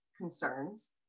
concerns